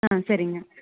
ஆ சரிங்க